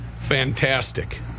Fantastic